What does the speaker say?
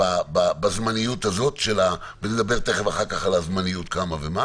בזמניות הזאת, ונדבר תכף על הזמניות, כמה ומה.